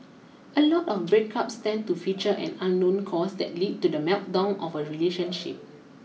a lot of breakups tend to feature an unknown cause that lead to the meltdown of a relationship